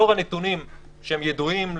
לאור הנתונים שהם ידועים,